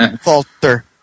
Falter